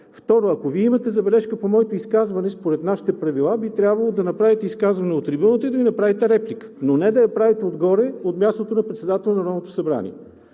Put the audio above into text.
Второ, ако Вие имате забележка по моето изказване, според нашите правила би трябвало да направите изказване от трибуната и да ми направите реплика, не да я правите от мястото на председателя на Народното събрание.